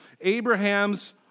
Abraham's